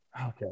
Okay